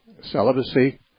Celibacy